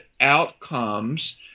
outcomes